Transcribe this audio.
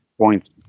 points